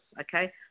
okay